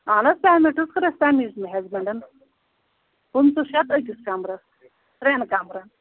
اہن حظ family trip کٔر اَسہِ تَمہِ وِزِ مےٚ ہٮ۪زبٮ۪نڈن پٕنٛژٕ شَتھ أکِس کَمرَس ترٛٮ۪ن کَمرن